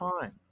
time